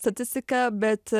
statistika bet